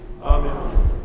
Amen